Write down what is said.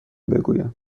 بگویم